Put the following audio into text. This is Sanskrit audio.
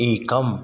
एकम्